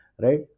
Right